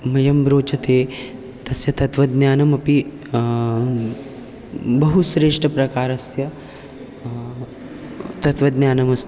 मह्यं रोचते तस्य तत्त्वज्ञानमपि बहुश्रेष्ठप्रकारस्य तत्त्वज्ञानमस्ति